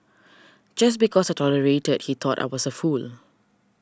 just because I tolerated he thought I was a fool